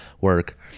work